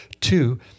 Two